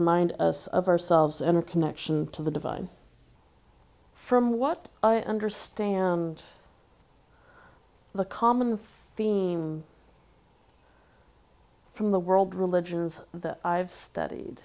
remind us of ourselves and our connection to the divine from what i understand the common theme from the world religions that i've studied